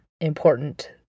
important